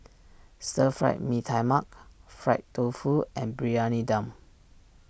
Stir Fried Mee Tai Mak Fried Tofu and Briyani Dum